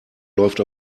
läuft